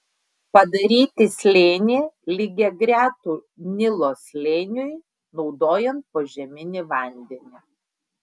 padaryti slėnį lygiagretų nilo slėniui naudojant požeminį vandenį